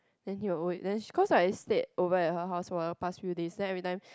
then he will always then she because I stayed over at her house for the past few days then every time